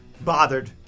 bothered